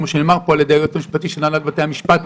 כמו שנאמר פה על ידי היועץ המשפטי של הנהלת בתי המשפט,